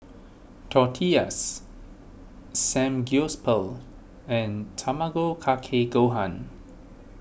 Tortillas Samgyeopsal and Tamago Kake Gohan